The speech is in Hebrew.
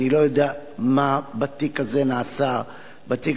אני לא יודע מה נעשה בתיק הזה.